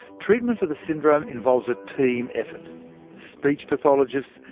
treatment for the syndrome involves a team effort speech pathologists,